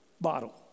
bottle